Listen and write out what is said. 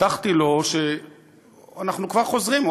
הבטחתי לו שאנחנו כבר חוזרים,